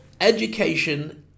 education